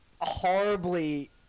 horribly